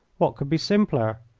what could be simpler?